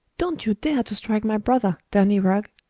don't you dare to strike my brother, danny rugg!